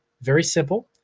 very simple.